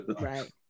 Right